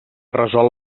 resol